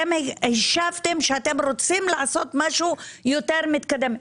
השבתם שאתם רוצים לעשות משהו יותר מתקדם.